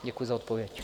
Děkuji za odpověď.